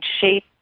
shape